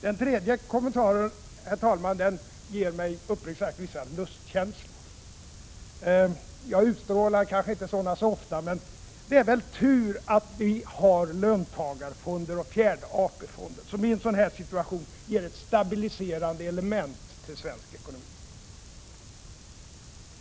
Den tredje kommentaren ger mig uppriktigt sagt vissa lustkänslor; jag utstrålar kanske inte sådana så ofta: Det är väl tur att vi har löntagarfonder och fjärde AP-fonden som i en sådan här situation utgör ett stabiliserande element i svensk ekonomi!